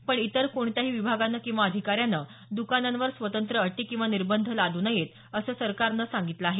पण इतर कोणत्याही विभागानं किंवा अधिकाऱ्यानं दुकानांवर स्वतंत्र अटी किंवा निर्बंध लादू नयेत असं सरकारनं सांगितलं आहे